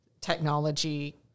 technology